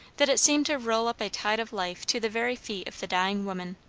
that it seemed to roll up a tide of life to the very feet of the dying woman.